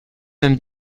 même